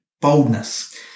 Boldness